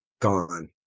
gone